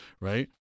right